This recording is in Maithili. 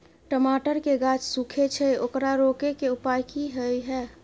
टमाटर के गाछ सूखे छै ओकरा रोके के उपाय कि होय है?